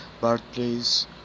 birthplace